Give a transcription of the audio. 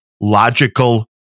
logical